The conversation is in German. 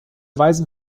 weisen